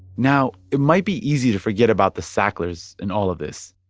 now, it might be easy to forget about the sacklers in all of this.